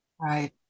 Right